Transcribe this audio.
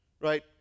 right